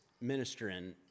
ministering